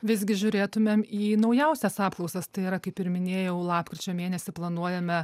visgi žiūrėtumėm į naujausias apklausas tai yra kaip ir minėjau lapkričio mėnesį planuojame